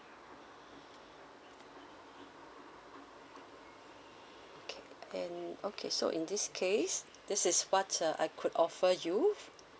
okay and okay so in this case this is what uh I could offer you